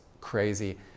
crazy